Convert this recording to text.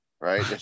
right